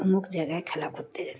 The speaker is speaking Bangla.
অমুক জায়গায় খেলা করতে যতে